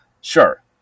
Sure